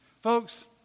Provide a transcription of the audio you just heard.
Folks